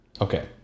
Okay